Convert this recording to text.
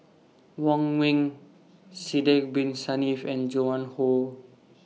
Wong Ming Sidek Bin Saniff and Joan Hon